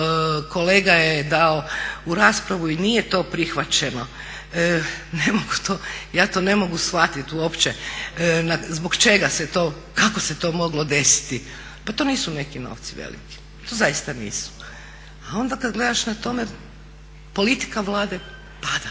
kolega dao u raspravu i nije to prihvaćeno, ja to ne mogu shvatiti uopće kako se to moglo desiti. Pa to nisu neki novci veliki, to zaista nisu. A onda kada gledaš na tome politika Vlade pada,